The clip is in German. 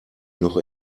noch